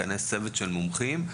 לכנס צוות של מומחים.